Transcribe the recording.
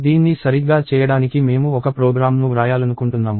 దీన్ని సరిగ్గా చేయడానికి మేము ఒక ప్రోగ్రామ్ను వ్రాయాలనుకుంటున్నాము